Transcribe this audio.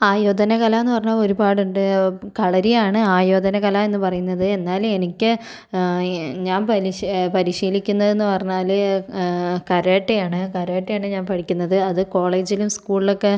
ആയോധനകല എന്നു പറഞ്ഞാൽ ഒരുപാടുണ്ട് കളരിയാണ് ആയോധനകല എന്നു പറയുന്നത് എന്നാൽ എനിക്ക് ഞാൻ പരിശീലിക്കുന്നത് എന്നു പറഞ്ഞാൽ കരാട്ടെയാണ് കരാട്ടെ ആണ് ഞാൻ പഠിക്കുന്നത് അത് കോളേജിലും സ്ക്കൂളിലൊക്കെ